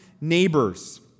neighbors